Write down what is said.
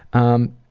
um,